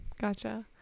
Gotcha